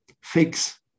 fix